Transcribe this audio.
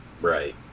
Right